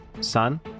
son